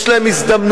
יש להם הזדמנויות.